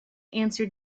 answered